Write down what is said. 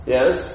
Yes